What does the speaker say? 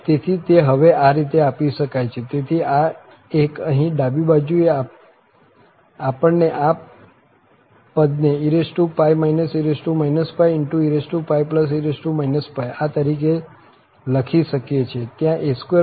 તેથી તે હવે આ રીતે આપી શકાય છે તેથી આ એક અહીં ડાબી બાજુએ આપણે આ પદને e e ee આ તરીકે લખી શકીએ છીએ